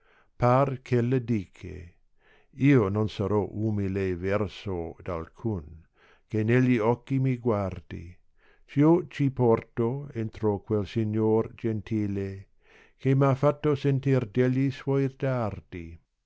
par eh ella dica io non sarò umile verso d'alcun che negli occhi mi guardi gh io ci porto entro quel signor gentile che m ha fatto sentir degli suoi dardi